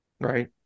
Right